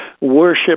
worship